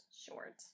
short